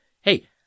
Hey